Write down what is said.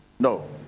no